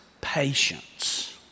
patience